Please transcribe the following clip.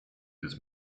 des